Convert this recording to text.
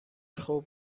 خوب